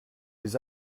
les